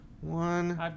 One